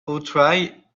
autry